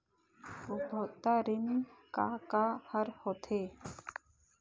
उपभोक्ता ऋण का का हर होथे?